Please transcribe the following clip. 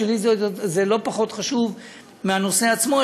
בשבילי זה לא פחות חשוב מהנושא עצמו,